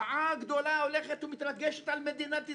רעה גדולה הולכת ומתרגשת על מדינת ישראל.